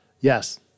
Yes